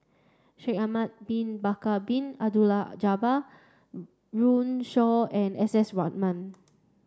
Shaikh Ahmad Bin Bakar Bin Abdullah Jabbar Runme Shaw and S S Ratnam